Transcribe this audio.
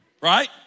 right